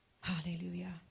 Hallelujah